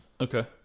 Okay